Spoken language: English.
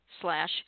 slash